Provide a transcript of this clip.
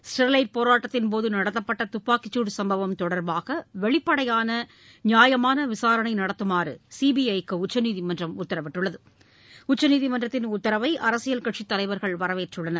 Sterlite போராட்டத்தின் போது நடத்தப்பட்ட துப்பாக்கிச்சூடு சும்பவம் தொடர்பாக வெளிப்படையான நியாயமான விசாரணை நடத்துமாறு சீபிஐக்கு உச்சநீதிமன்றம் உத்தரவிட்டுள்ளது உச்சநீதிமன்றத்தின் உத்தரவை அரசியல் கட்சித் தலைவர்கள் வரவேற்றுள்ளனர்